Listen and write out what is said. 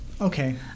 okay